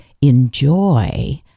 enjoy